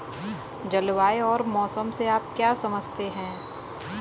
जलवायु और मौसम से आप क्या समझते हैं?